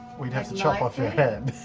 we'd have to chop off your head.